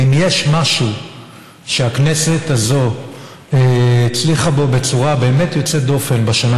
ואם יש משהו שהכנסת הזאת הצליחה בו בצורה באמת יוצאת דופן בשנה